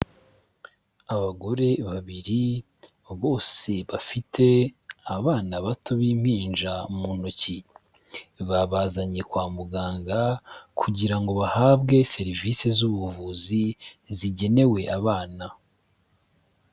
Abagore babiri bose bafite abana bato b'impinja mu ntoki. Babazanye kwa muganga kugira ngo bahabwe serivisi z'ubuvuzi zigenewe abana.